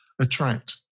attract